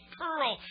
pearl